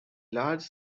large